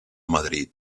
madrid